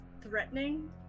threatening